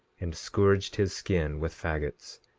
and scourged his skin with faggots,